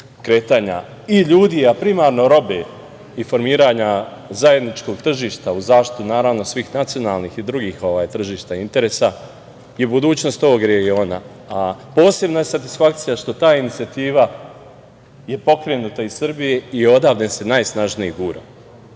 kretanja i ljudi, a primarno robe i formiranja zajedničkog tržišta u zaštitu, naravno, svih nacionalnih i drugih tržišta i interesa i budućnost tog regiona. Posebna je satisfakcija što taj inicijativa je pokrenuta iz Srbije i odavde se najsnažnije gura. To